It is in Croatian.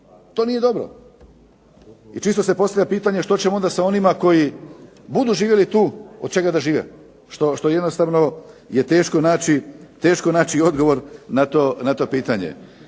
To nije dobro. I čisto se postavlja pitanje što ćemo onda sa onima koji budu živjeli tu, od čega da žive? Što jednostavno je teško naći odgovor na to pitanje.